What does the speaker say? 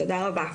תודה רבה.